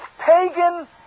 pagan